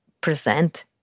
present